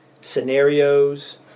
scenarios